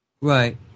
Right